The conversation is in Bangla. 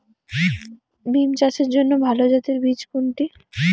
বিম চাষের জন্য ভালো জাতের বীজ কোনটি?